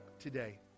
today